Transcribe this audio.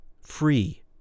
free